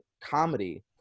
comedy